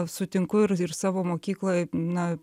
sutinku ir ir savo mokykloj na